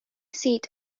seat